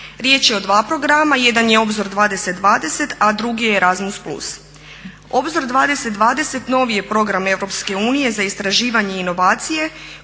Riječ je o dva programa, jedan je Obzor 2020. a drugi je Erasmus plus. Obzor 2020. novi je program EU za istraživanje i inovacije